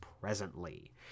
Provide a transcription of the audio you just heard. presently